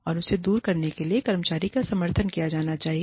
और इसे दूर करने के लिए कर्मचारी का समर्थन किया जाना चाहिए